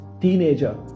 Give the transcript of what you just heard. teenager